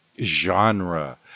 genre